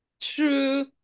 true